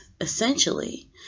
essentially